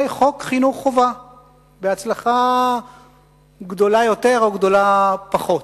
חוק חינוך חובה בהצלחה גדולה יותר או גדולה פחות.